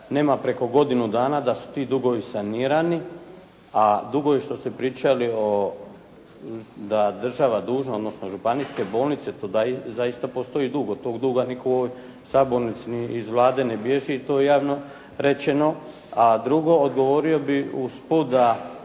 nema preko godinu dana, da su ti dugovi sanirani. A dugovi što ste pričali o, da država dužna odnosno županijske bolnice to zaista postoji dug. Od tog duga nitko u ovoj sabornici ni iz Vlade ne bježi i to je javno rečeno. A drugo odgovorio bih usput